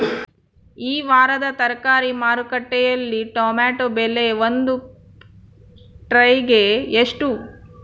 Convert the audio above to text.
ಈ ವಾರದ ತರಕಾರಿ ಮಾರುಕಟ್ಟೆಯಲ್ಲಿ ಟೊಮೆಟೊ ಬೆಲೆ ಒಂದು ಟ್ರೈ ಗೆ ಎಷ್ಟು?